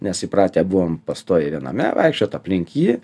nes įpratę buvom pastoviai viename vaikščioti aplink jį